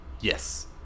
Yes